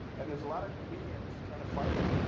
and there's a lot of comedians trying to fight it